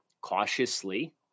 cautiously